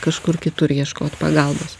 kažkur kitur ieškot pagalbos